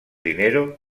dinero